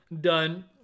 done